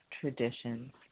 traditions